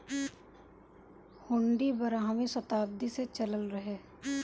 हुन्डी बारहवीं सताब्दी से चलल रहे